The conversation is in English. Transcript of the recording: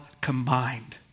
combined